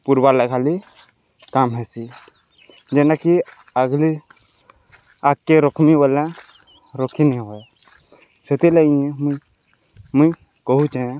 ପୁର୍ର୍ବାର୍ ଲାଗି ଖାଲି କାମ୍ ହେସି ଯେନ୍ଟାକି ଆଗ୍ଲି ଆଗ୍କେ ରଖ୍ମି ବେଲେ ରଖିନୀ ହୁଏ ସେଥିଲାଗି ମୁଇଁ ମୁଇଁ କହୁଚେଁ